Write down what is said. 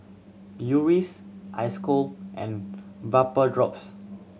Eucerin Isocal and Vapodrops